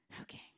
okay